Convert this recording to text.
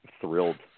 thrilled